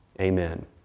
Amen